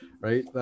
right